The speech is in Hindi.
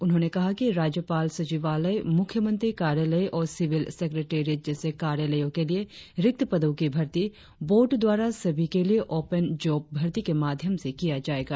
उन्होंने कहा कि राज्यपाल सचिवालय मुख्यमंत्री कार्यालय और सिविल सेक्रेटेरियट जैसे कार्यालयों के लिए रिक्त पदो की भर्ती बोर्ड द्वारा सभी के लिए ओपेन जॉब भर्ती के माध्यम से किया जाएगा